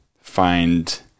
find